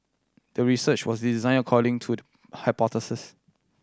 the research was designed according to the hypothesis